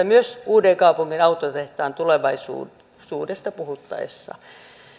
myös uudenkaupungin autotehtaan tulevaisuudesta puhuttaessa